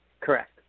Correct